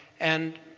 and